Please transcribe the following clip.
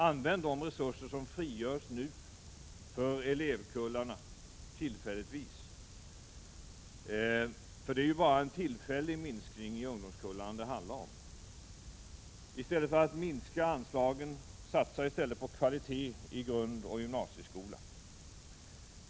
Använd de resurser som nu frigörs till att satsa på kvalitet i grundoch gymnasieskolan i stället för att minska anslagen, för det är bara en tillfällig minskning av ungdomskullarna det handlar om.